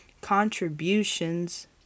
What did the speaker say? contributions